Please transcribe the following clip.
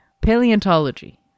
paleontology